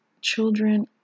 children